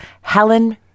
Helen